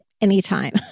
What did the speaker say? anytime